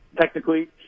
technically